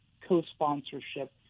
co-sponsorship